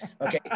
Okay